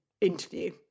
interview